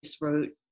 wrote